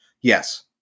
Yes